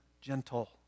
gentle